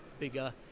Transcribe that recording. bigger